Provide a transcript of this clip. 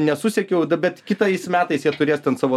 nesusekiau na bet kitais metais jie turės ten savo